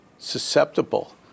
susceptible